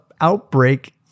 outbreak